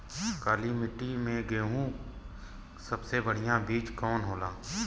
काली मिट्टी में गेहूँक सबसे बढ़िया बीज कवन होला?